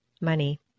money